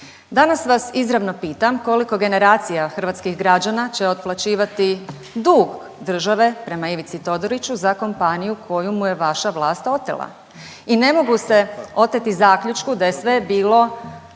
Danas vas izravno pitam koliko generacija hrvatskih građana će otplaćivati dug države prema Ivici Todoriću za kompaniju koju mu je vaša vlast otela. I ne mogu se oteti zaključku da je sve bilo